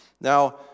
Now